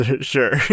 Sure